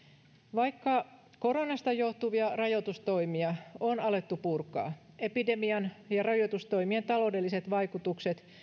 vaikka koronasta johtuvia rajoitustoimia on alettu purkaa epidemian ja rajoitustoimien taloudelliset vaikutukset